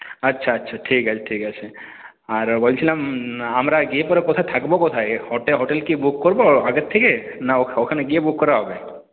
আচ্ছা আচ্ছা ঠিক আছে ঠিক আছে আর বলছিলাম আমরা গিয়ে পরে কোথায় থাকবো কোথায় হোটেল কি বুক করব আগের থেকে না ওখানে গিয়ে বুক করা হবে